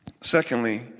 Secondly